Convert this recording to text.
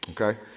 Okay